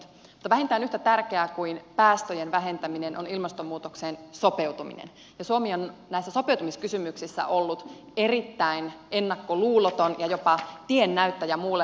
mutta vähintään yhtä tärkeää kuin päästöjen vähentäminen on ilmastonmuutokseen sopeutuminen ja suomi on näissä sopeutumiskysymyksissä ollut erittäin ennakkoluuloton ja jopa tiennäyttäjä muille maille